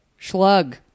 Schlug